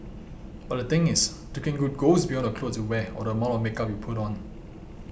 but the thing is looking good goes beyond the clothes you wear or the amount of makeup you put on